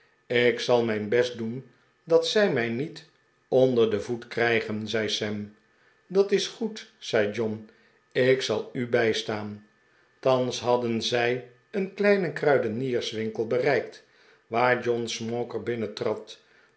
ik zal mijn best doen dat zij mij niet onder den voet krijgen zei sam d'at is goed zei john ik zal u bijstaan thans hadden zij een kleinen kruidenierswinkel bereikt waar john smauker